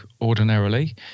ordinarily